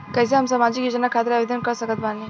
कैसे हम सामाजिक योजना खातिर आवेदन कर सकत बानी?